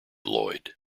lloyd